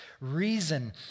reason